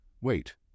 Wait